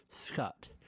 Scott